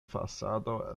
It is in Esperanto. fasado